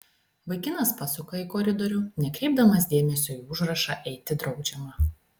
vaikinas pasuka į koridorių nekreipdamas dėmesio į užrašą eiti draudžiama